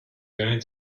going